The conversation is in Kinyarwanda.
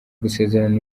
gusezerana